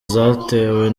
zatewe